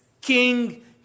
King